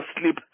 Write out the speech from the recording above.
sleep